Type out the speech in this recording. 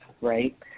right